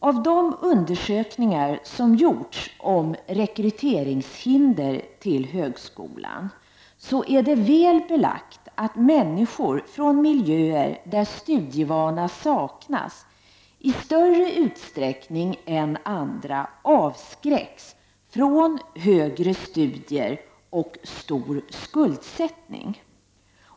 Av de undersökningar som gjorts om hinder för rekrytering till högskolan, är det väl belagt att människor från miljöer där studievana saknas i större utsträckning än andra avskräcks från högre studier och stor skuldsättning.